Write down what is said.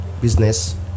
business